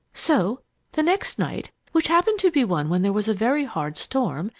so the next night, which happened to be one when there was a very hard storm,